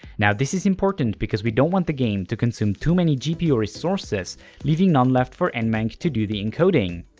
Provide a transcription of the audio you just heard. now this is important because we don't want the game to consume too many gpu resources leaving none left for nvenc to do the encoding.